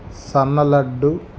సన్న లడ్డు